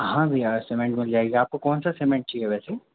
हाँ भैया सिमेंट मिल जाएगी आपको कौन सा सीमेंट चाहिए वैसे